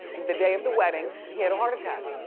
the day of the wedding, he had a heart attack,